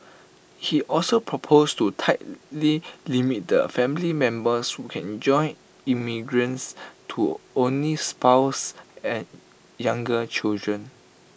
he also proposed to tightly limit the family members who can join immigrants to only spouses and younger children